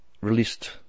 released